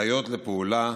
הנחיות לפעולה